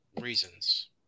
Reasons